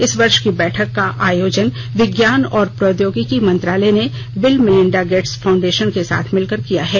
इस वर्ष की बैठक का आयोजन विज्ञान और प्रोद्योगिकी मंत्रालय ने बिल मेलिंडा गेट्स फाउंडेशेन के साथ मिलकर किया है